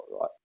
right